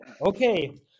Okay